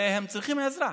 והם צריכים עזרה.